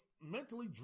mentally